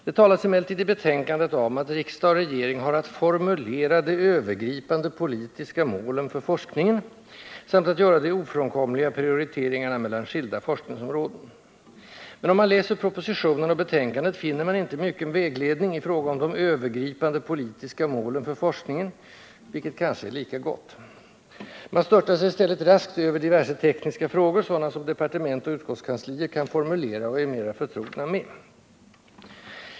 Det sägs emellertid i betänkandet: ”Riksdag och regering har att formulera de övergripande politiska målen för forskningen samt att göra de ofrånkomliga prioriteringarna mellan skilda forskningsområden.” Men om man läser propositionen och betänkandet finner man inte mycken vägledning i fråga om ”de övergripande politiska målen för forskningen” — vilket kanske är lika gott. Man störtar sig i stället raskt över diverse tekniska frågor, sådana som departement och utskottskanslier kan formulera och är mer förtrogna med.